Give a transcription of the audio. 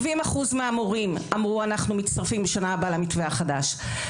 70% מהמורים אמרו: אנחנו מצטרפים בשנה הבאה למתווה החדש.